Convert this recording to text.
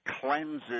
cleanses